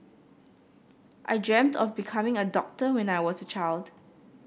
I dreamt of becoming a doctor when I was a child